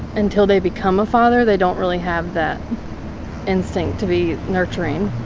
until they become a father they don't really have the instinct to be nurturing.